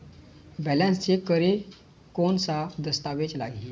Balance check करें कोन सा दस्तावेज लगी?